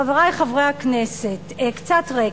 חברי חברי הכנסת, קצת רקע: